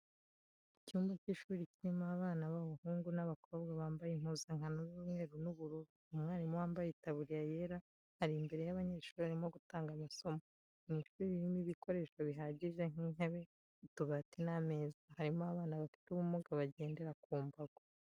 Icyumba cy'ishuri kirimo abana b'abahungu n'abakobwa bambaye impuzankano z'umweru n'ubururu, umwarimu wambaye itaburiya yera, ari imbere y'abanyeshuri arimo gutanga amasomo, ni ishuri ririmo ibikoresho bihagije nk'intebe, utubati n'ameza, harimo abana bafite ubumuga bagendera ku mbago.